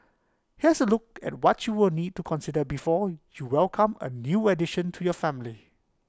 here's A look at what you will need to consider before you welcome A new addition to your family